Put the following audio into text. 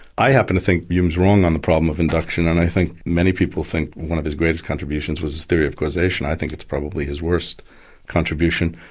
i happen to think hume's wrong on the problem of induction and i think many people think one of his greatest contributions was his theory of causation. i think it's probably his worst contribution.